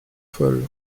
folle